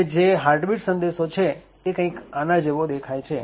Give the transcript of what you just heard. હવે જે heart beat સંદેશો છે તે કંઈક આના જેવો દેખાય છે